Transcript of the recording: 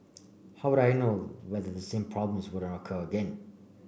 how would I knows whether the same problems wouldn't occur again